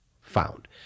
found